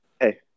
Hey